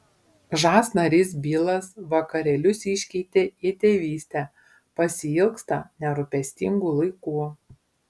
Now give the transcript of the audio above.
žas narys bilas vakarėlius iškeitė į tėvystę pasiilgsta nerūpestingų laikų